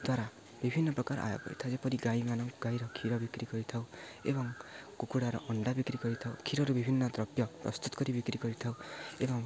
ଦ୍ଵାରା ବିଭିନ୍ନ ପ୍ରକାର ଆୟ କରିଥାଏ ଯେପରି ଗାଈମାନଙ୍କୁ ଗାଈର କ୍ଷୀର ବିକ୍ରି କରିଥାଉ ଏବଂ କୁକୁଡ଼ାର ଅଣ୍ଡା ବିକ୍ରି କରିଥାଉ କ୍ଷୀରରୁ ବିଭିନ୍ନ ଦ୍ରବ୍ୟ ପ୍ରସ୍ତୁତ କରି ବିକ୍ରି କରିଥାଉ ଏବଂ